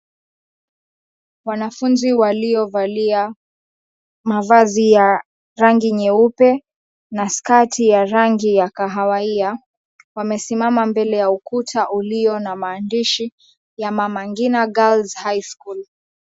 Wanafunzi waliovalia mavazi ya rangi nyeupe na skati ya rangi ya kahawia. Wamesimama mbele ya ukuta ulio na maandishi ya Mama Ngina High School.